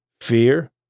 Fear